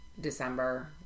December